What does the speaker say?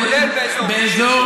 כולל באזור גוש עציון.